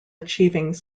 achieving